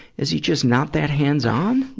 is he just not that hands on?